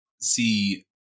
see